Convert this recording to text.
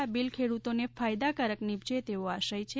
આ બિલ ખેડૂતોને ફાયદાકારક નીપજે તેવો આશય છે